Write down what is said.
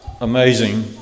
amazing